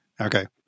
Okay